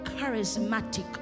charismatic